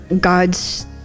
god's